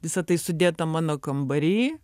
visa tai sudėta mano kambary